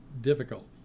difficult